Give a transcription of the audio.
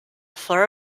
for